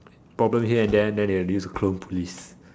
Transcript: problem here and then they have to release the clone police